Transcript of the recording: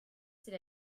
c’est